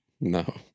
No